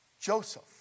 Joseph